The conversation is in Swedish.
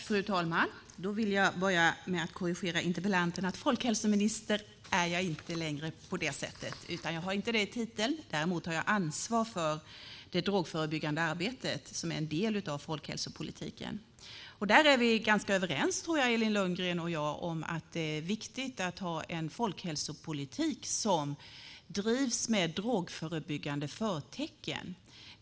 Fru talman! Jag vill börja med att korrigera interpellanten. Folkhälsominister är jag inte längre. Jag har inte den titeln, däremot har jag ansvar för det drogförebyggande arbetet, som är en del av folkhälsopolitiken. Jag tror att vi är ganska överens, Elin Lundgren och jag, om att det är viktigt att ha en folkhälsopolitik som drivs med drogförebyggande förtecken.